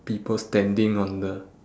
people standing on the